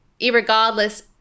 irregardless